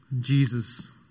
Jesus